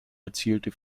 erzielte